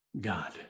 God